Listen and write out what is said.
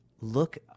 look